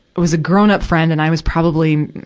was a grown-up friend and i was probably,